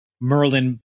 Merlin